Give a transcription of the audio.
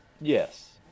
Yes